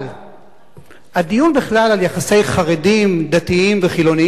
אבל הדיון בכלל על יחסי חרדים, דתיים וחילונים